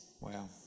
Wow